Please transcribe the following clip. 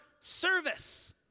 service